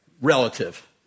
relative